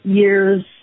years